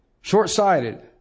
Short-sighted